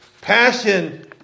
Passion